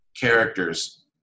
characters